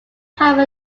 have